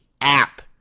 app